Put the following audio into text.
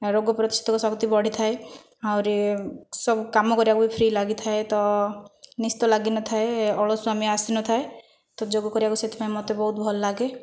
ରୋଗ ପ୍ରତିଷେଧକ ଶକ୍ତି ବଢ଼ିଥାଏ ଆହୁରି ସବୁ କାମ କରିଆକୁ ବି ଫ୍ରି ଲାଗିଥାଏ ତ ନିସ୍ତେଜ ଲାଗିନଥାଏ ଅଳସୁଆମି ଆସିନଥାଏ ତ ଯୋଗ କରିବାକୁ ସେଇଥିପାଇଁ ମତେ ବହୁତ ଭଲ ଲାଗେ